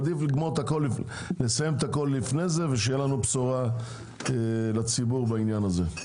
עדיף לסיים את הכול לפני זה ושתהיה לנו בשורה לציבור בעניין הזה.